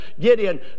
Gideon